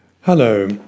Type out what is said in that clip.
Hello